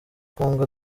kongo